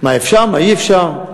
מה אפשר, מה אי-אפשר.